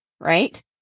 Right